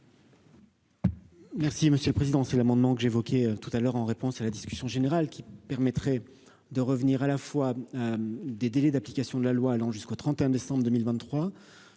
Merci monsieur le président, c'est l'amendement que j'évoquais tout à l'heure, en réponse à la discussion générale qui permettrait de revenir à la fois des délais d'application de la loi allant jusqu'au 31 décembre 2023